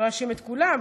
לא אאשים את כולם,